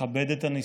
לכבד את הנספים,